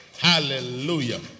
Hallelujah